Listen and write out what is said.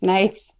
Nice